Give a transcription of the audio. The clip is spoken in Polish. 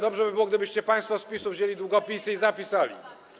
Dobrze by było, gdybyście państwo z PiS-u wzięli długopisy i zapisali.